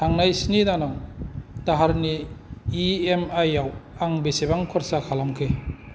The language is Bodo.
थांनाय स्नि दानाव दाहारनि इ एम आइआव आं बेसेबां खर्सा खालामखो